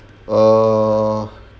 err